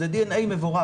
זה DNA מבורך.